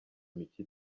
micye